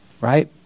right